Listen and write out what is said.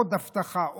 עוד הבטחה,